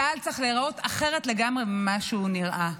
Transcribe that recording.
צה"ל צריך להיראות אחרת לגמרי ממה שהוא נראה.